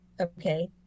okay